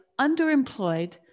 underemployed